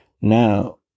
Now